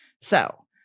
So-